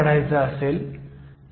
877 volts इतके मिळते